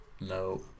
No